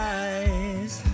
eyes